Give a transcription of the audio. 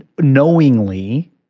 knowingly